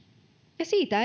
ja siitä